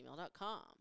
gmail.com